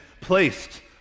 placed